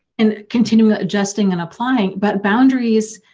and continue adjusting and applying, but boundaries.